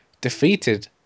defeated